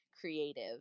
creative